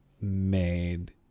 made